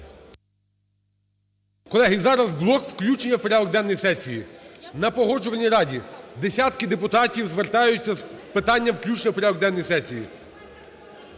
Колеги, зараз блок включення у порядок денний сесії. На Погоджувальній раді десятки депутатів звертаються з питанням включення у порядок денний сесії.